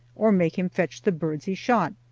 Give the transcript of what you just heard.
or make him fetch the birds he shot.